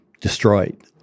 destroyed